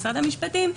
משרד המשפטים,